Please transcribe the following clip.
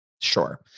Sure